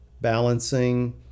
balancing